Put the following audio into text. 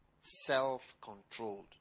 Self-controlled